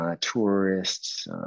Tourists